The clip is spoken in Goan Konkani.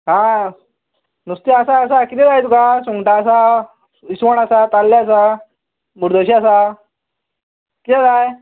हा नुस्तें आसा आसा किदें जाय तुका सुंगटां आसा इसवण आसा ताल्ले आसा मुरदोश्यो आसा कियें जाय